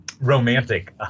romantic